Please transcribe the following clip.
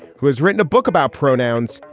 who has written a book about pronouns,